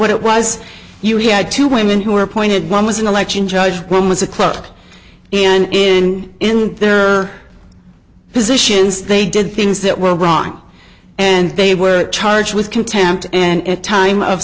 what it was you had two women who were appointed one was an election judge one was a clerk and in in there are positions they did things that were wrong and they were charged with contempt and time of